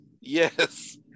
yes